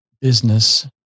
business